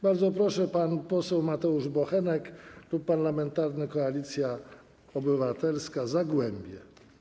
Bardzo proszę, pan poseł Mateusz Bochenek, Klub Parlamentarny Koalicja Obywatelska, Zagłębie.